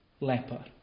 leper